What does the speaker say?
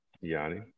Yanni